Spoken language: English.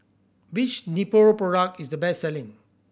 which Nepro product is the best selling